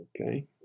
Okay